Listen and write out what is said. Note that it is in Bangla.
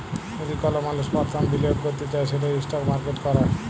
যদি কল মালুস পরথম বিলিয়গ ক্যরতে চায় সেট ইস্টক মার্কেটে ক্যরে